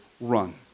run